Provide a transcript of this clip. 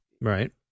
Right